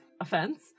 offense